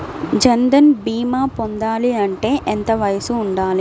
జన్ధన్ భీమా పొందాలి అంటే ఎంత వయసు ఉండాలి?